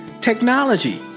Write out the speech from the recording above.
technology